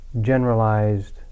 generalized